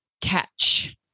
catch